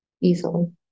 easily